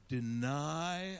deny